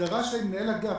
הגדרה של מנהל של מנהל אגף,